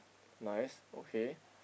nice okay